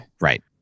Right